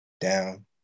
down